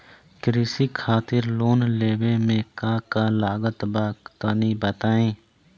कृषि खातिर लोन लेवे मे का का लागत बा तनि बताईं?